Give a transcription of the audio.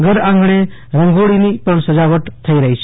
ઘર આંગણે રંગોળીની પણ સજાવટ થઈ રહી છે